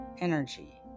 energy